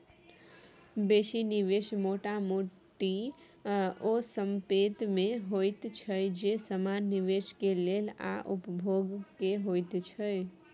बेसी निवेश मोटा मोटी ओ संपेत में होइत छै जे समान निवेश के लेल आ उपभोग के होइत छै